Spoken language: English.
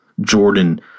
Jordan